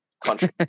country